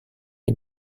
est